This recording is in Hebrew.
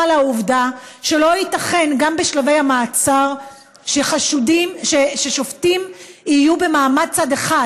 לעובדה שלא ייתכן גם בשלבי המעצר ששופטים יהיו במעמד צד אחד,